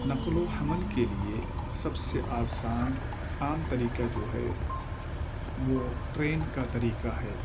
نقل و حمل کے لیے سب سے آسان عام طریقہ جو ہے وہ ٹرین کا طریقہ ہے